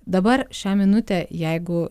dabar šią minutę jeigu